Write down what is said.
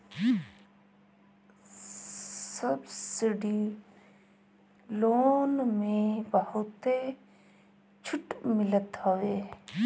subsidy loan में बहुते छुट मिलत हवे